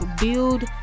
build